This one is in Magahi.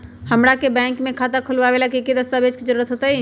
हमरा के बैंक में खाता खोलबाबे ला की की दस्तावेज के जरूरत होतई?